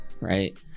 right